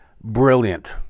brilliant